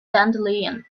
dandelion